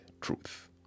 truth